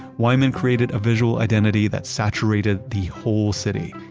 wyman created a visual identity that saturated the whole city.